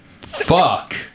Fuck